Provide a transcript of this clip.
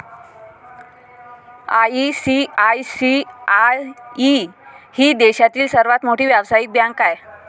ICICI ही देशातील सर्वात मोठी व्यावसायिक बँक आहे